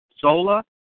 Zola